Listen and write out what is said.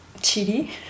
chili